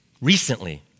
Recently